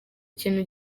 ikintu